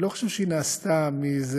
אני לא חושב שהיא נעשתה מאיזו